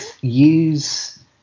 use